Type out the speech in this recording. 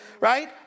Right